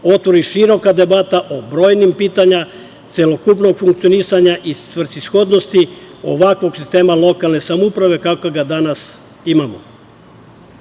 otvori široka debata o brojnim pitanjima celokupnog funkcionisanja i svrsishodnosti ovakvog sistema lokalne samouprave kakvo ga danas